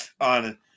on